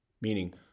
meaning